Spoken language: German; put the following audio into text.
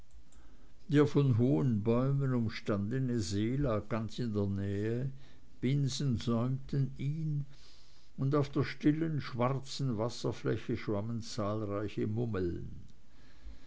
der von hohen bäumen umstandene see lag ganz in der nähe binsen säumten ihn ein und auf der stillen schwarzen wasserfläche schwammen zahlreiche mummeln